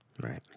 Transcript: Right